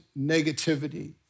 negativity